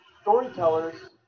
Storytellers